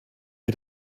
wir